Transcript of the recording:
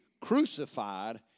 crucified